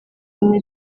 ine